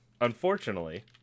unfortunately